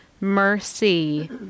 mercy